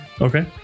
Okay